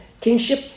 kingship